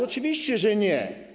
Oczywiście, że nie.